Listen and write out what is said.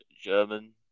German